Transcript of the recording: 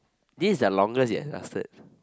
this is the longest it has lasted